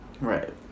Right